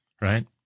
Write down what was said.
right